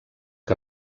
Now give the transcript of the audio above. que